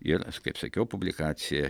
ir kaip sakiau publikacija